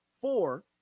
four